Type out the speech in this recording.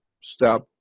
step